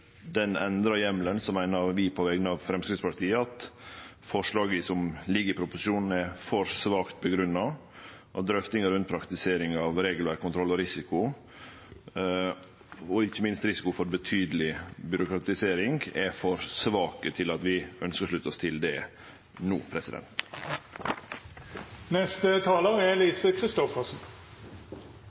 den endra heimelen, meiner eg på vegner av Framstegspartiet at forslaget som ligg i proposisjonen, er for svakt grunngjeve, og drøftingar rundt praktiseringa av regelverk, kontroll og risiko og ikkje minst risiko for betydeleg byråkratisering er for svake til at vi ønskjer å slutte oss til det no.